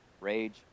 rage